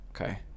Okay